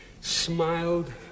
smiled